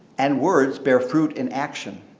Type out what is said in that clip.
and words bear fruit in action.